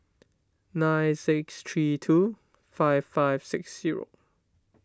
nine six three two five five six zero